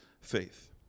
faith